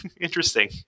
interesting